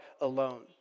alone